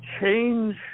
change